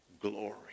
glory